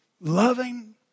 loving